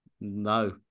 No